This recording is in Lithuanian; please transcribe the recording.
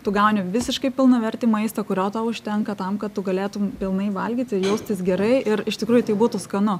tu gauni visiškai pilnavertį maistą kurio tau užtenka tam kad tu galėtum pilnai valgyti ir jaustis gerai ir iš tikrųjų tai būtų skanu